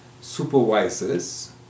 supervisors